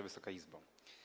Wysoka Izbo!